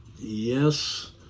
yes